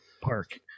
park